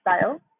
style